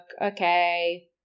okay